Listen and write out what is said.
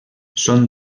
són